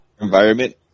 environment